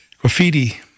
graffiti